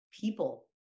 people